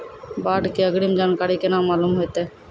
बाढ़ के अग्रिम जानकारी केना मालूम होइतै?